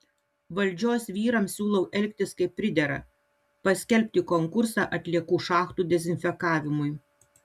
valdžios vyrams siūlau elgtis kaip pridera paskelbti konkursą atliekų šachtų dezinfekavimui